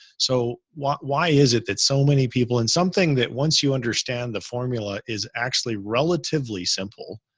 so why? why is it that so many people in something that once you understand the formula is actually relatively simple,